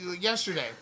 yesterday